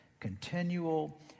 continual